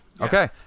Okay